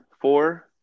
four